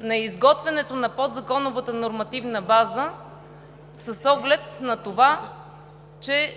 на изготвянето на подзаконовата нормативна база с оглед на това, че